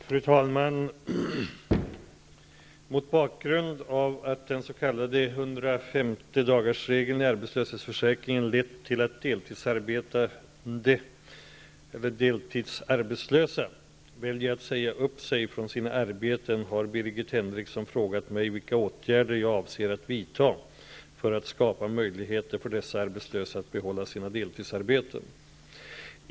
Fru talman! Mot bakgrund av att den s.k. 150 dagarsregeln i arbetslöshetsförsäkringen lett till att deltidsarbetslösa väljer att säga upp sig från sina arbeten har Birgit Henriksson frågat mig vilka åtgärder jag avser att vidta för att skapa möjligheter för dessa arbetslösa att behålla sina deltidsarbeten.